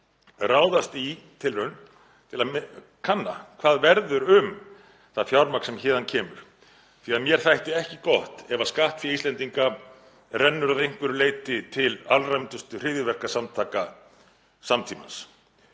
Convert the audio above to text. ráðast í tilraun til að kanna hvað verður um það fjármagn sem héðan kemur? Mér þætti ekki gott ef skattfé Íslendinga rennur að einhverju leyti til alræmdustu hryðjuverkasamtaka samtímans.